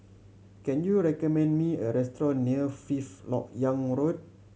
can you recommend me a restaurant near Fifth Lok Yang Road